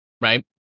Right